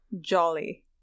Jolly